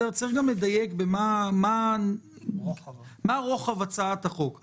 צריך גם לדייק לגבי מה רוחב הצעת החוק.